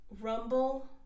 rumble